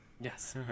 Yes